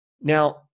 Now